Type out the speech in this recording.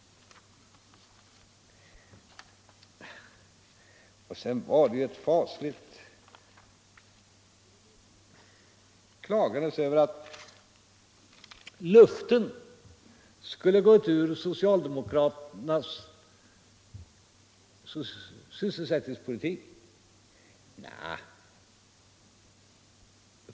Sedan var det ett förskräckligt klagande över att luften skulle ha gått ur socialdemokraternas sysselsättningspolitik.